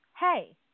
hey